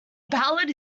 ballad